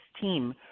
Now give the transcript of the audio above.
team